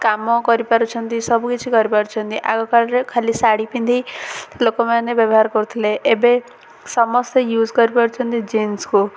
କାମ କରିପାରୁଛନ୍ତି ସବୁକିଛି କରିପାରୁଛନ୍ତି ଆଗକାଳରେ ଖାଲି ଶାଢ଼ୀ ପିନ୍ଧି ଲୋକମାନେ ବ୍ୟବହାର କରୁଥିଲେ ଏବେ ସମସ୍ତେ ୟୁଜ୍ କରିପାରୁଛନ୍ତି ଜିନ୍ସକୁ